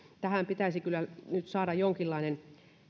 pitäisi kyllä nyt saada jonkinlainen